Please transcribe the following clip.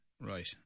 Right